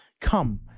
come